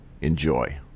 enjoy